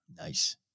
Nice